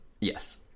Yes